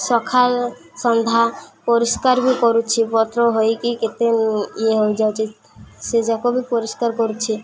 ସକାଳ ସନ୍ଧ୍ୟା ପରିଷ୍କାର ବି କରୁଛି ପତ୍ର ହୋଇକି କେତେ ଇଏ ହେଇଯାଉଛି ସେଯାକ ବି ପରିଷ୍କାର କରୁଛି